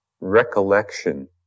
recollection